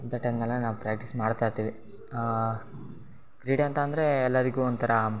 ಇಂತ ಟೈಮ್ನೆಲ್ಲ ನಾವು ಪ್ರ್ಯಾಟ್ಟಿಸ್ ಮಾಡ್ತಾ ಇರ್ತೀವಿ ಕ್ರೀಡೆ ಅಂತ ಅಂದರೆ ಎಲ್ಲರಿಗೂ ಒಂಥರ